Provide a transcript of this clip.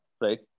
right